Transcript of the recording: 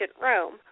Rome